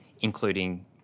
including